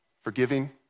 forgiving